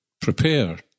prepare